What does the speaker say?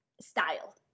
style